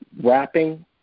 wrapping